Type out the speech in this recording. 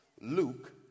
Luke